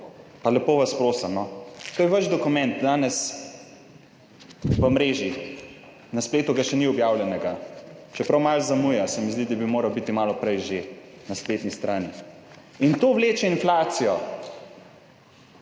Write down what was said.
Pa lepo vas prosim, no. To je vaš dokument, danes v mreži, na spletu ga še ni objavljenega. Čeprav malo zamuja, se mi zdi, da bi moral biti že malo prej na spletni strani. In to vleče inflacijo,